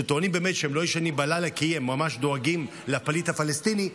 שטוענים באמת שהם לא ישנים בלילה כי הם ממש דואגים לפליט הפלסטיני,